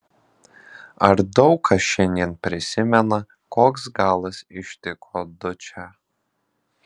ar daug kas šiandien prisimena koks galas ištiko dučę